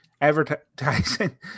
advertising